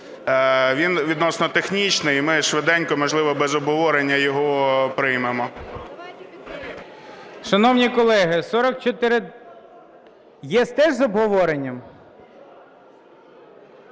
Він відносно технічний, і ми швиденько, можливо, без обговорення, його приймемо. ГОЛОВУЮЧИЙ. Шановні колеги. Є теж з обговоренням?